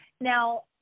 Now